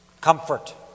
Comfort